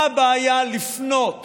מה הבעיה לפנות